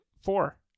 Four